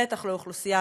בטח לא אוכלוסיית